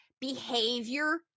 behavior